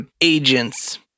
agents